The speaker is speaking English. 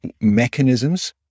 mechanisms